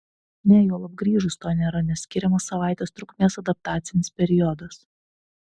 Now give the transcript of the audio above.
ne juolab grįžus to nėra nes skiriamas savaitės trukmės adaptacinis periodas